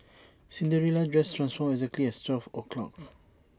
Cinderella's dress transformed exactly at twelve o'clock